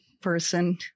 person